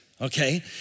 okay